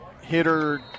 hitter